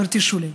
חברתי שולי,